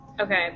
Okay